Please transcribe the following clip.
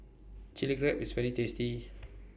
Chilli Crab IS very tasty